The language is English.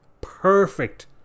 perfect